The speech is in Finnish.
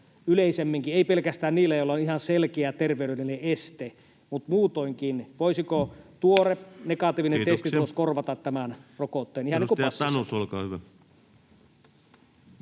yleisemminkin, ei pelkästään niillä, joilla on ihan selkeä terveydellinen este, vaan muutoinkin — [Puhemies: Kiitoksia!] korvata tämän rokotteen ihan niin kuin passissakin.